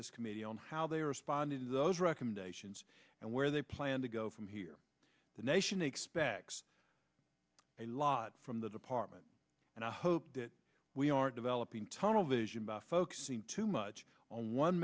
this committee on how they responded to those recommendations and where they plan to go from here the nation expects a lot from the department and i hope that we are developing tunnel vision by focusing too much on one